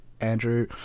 Andrew